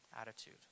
attitude